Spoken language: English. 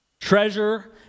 Treasure